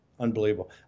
Unbelievable